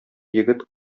егет